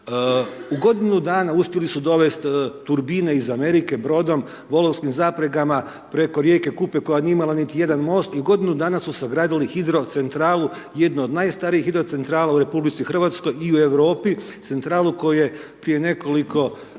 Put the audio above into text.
U godinu dana uspjeli su dovesti turbine iz Amerike, brodom, volovskim zapregama preko rijeke Kupe koja nije imala niti jedan most i u godinu dana su sagradili hidrocentralu, jednu od najstarijih hidrocentrala u RH i u Europi. Centralu koju je prije nekoliko dana,